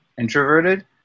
introverted